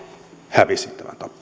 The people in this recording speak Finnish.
hävisin tämän tappelun